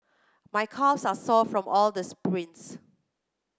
my calves are sore from all the sprints